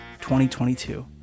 2022